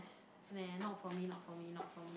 meh not for me not for me not for me